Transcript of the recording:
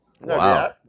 Wow